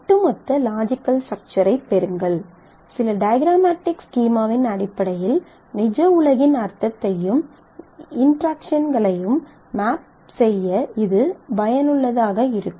ஒட்டுமொத்த லாஜிக்கல் ஸ்ட்ரக்ச்சரைப் பெறுங்கள் சில டயக்ராமெட்டிக் ஸ்கீமாவின் அடிப்படையில் நிஜ உலகின் அர்த்தத்தையும் இன்டெராக்ஷன்களையும் மேப் செய்ய இது பயனுள்ளதாக இருக்கும்